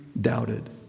doubted